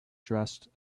dressed